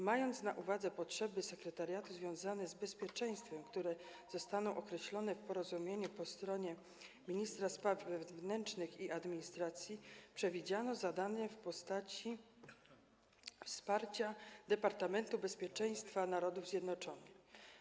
Mając na uwadze potrzeby sekretariatu związane z bezpieczeństwem, które zostaną określone w porozumieniu, po stronie ministra spraw wewnętrznych i administracji przewidziano zadanie w postaci wsparcia Departamentu Bezpieczeństwa Narodów Zjednoczonych.